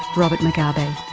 robert mugabe.